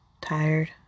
Tired